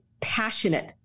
passionate